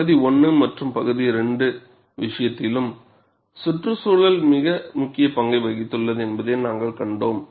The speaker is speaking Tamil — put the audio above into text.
பகுதி 1 மற்றும் 2 விஷயத்திலும் சுற்றுச்சூழல் மிக முக்கிய பங்கை வகித்துள்ளது என்பதை நாங்கள் கண்டோம்